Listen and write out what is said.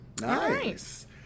Nice